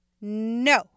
No